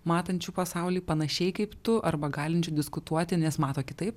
matančių pasaulį panašiai kaip tu arba galinčių diskutuoti nes mato kitaip